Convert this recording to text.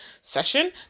session